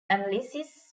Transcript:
analysis